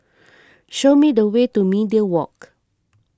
show me the way to Media Walk